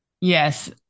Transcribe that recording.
Yes